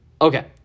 Okay